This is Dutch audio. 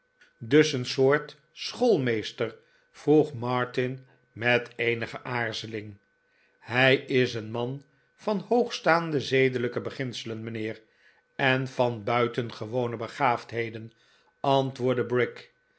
dus een soort schoolmeester vroeg martin met eenige aarzeling hij is een man van hoogstaande zedelijke beginselen mijnheer en van buitengewone begaafdheden antwoordde